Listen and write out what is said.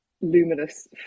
luminous